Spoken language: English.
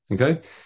Okay